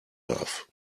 darf